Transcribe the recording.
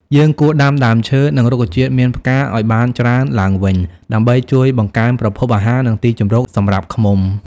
យើងគួរដាំដើមឈើ និងរុក្ខជាតិមានផ្កាឲ្យបានច្រើនឡើងវិញ ដើម្បីជួយបង្កើនប្រភពអាហារ និងទីជម្រកសម្រាប់ឃ្មុំ។